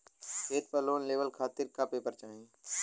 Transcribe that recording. खेत पर लोन लेवल खातिर का का पेपर चाही?